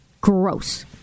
gross